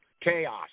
chaos